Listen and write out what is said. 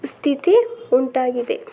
ಸ್ಥಿತಿ ಉಂಟಾಗಿದೆ